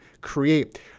create